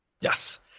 yes